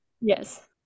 Yes